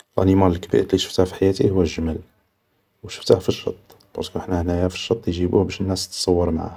لانيمال لكبير لي شفته في حياتي هو الجمل, شفته في الشط, بارسكو حنايا هنايا يجيبوه في الشط باش ناس تصور معاه